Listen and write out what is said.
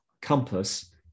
compass